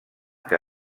que